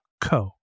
co